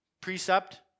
Precept